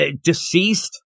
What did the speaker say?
Deceased